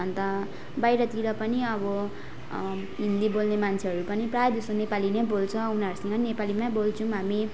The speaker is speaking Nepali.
अन्त बाहिरतिर पनि अब हिन्दी बोल्ने मान्छेहरू पनि प्रायःजसो नेपाली नै बोल्छ उनीहरूसँग पनि नेपालीमै बोल्छौँ हामी